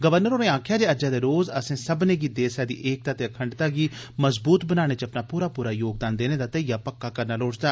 governor होरें आक्खेआ जे अज्जै दे रोज़ असें सब्मनें गी देसै दी एकता ते अखंडता गी मजबूत बनाने च अपना पूरा पूरा योगदान देने दा धेइया पक्का करना लोड़चदा